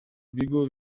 bigo